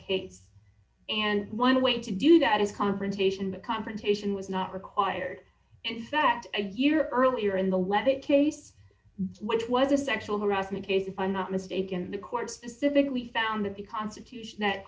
case and one way to do that is confrontation the confrontation was not required and that a year earlier in the wet a case which was a sexual harassment case if i'm not mistaken the court specifically found that the constitution